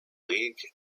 league